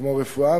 כמו רפואה,